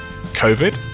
COVID